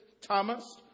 Thomas